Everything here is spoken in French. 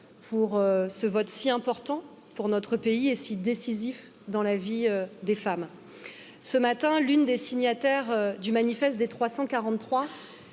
pour ce vote si important pour notre pays et si décisif dans la vie des femmes ce matin l'une des signataires du manifeste des